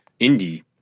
indie